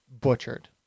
butchered